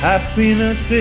Happiness